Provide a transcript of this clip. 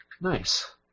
Nice